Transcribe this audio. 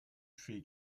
tree